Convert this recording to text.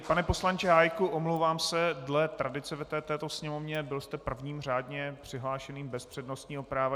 Pane poslanče Hájku, omlouvám se, dle tradice v této sněmovně, byl jste prvním řádně přihlášeným bez přednostního práva.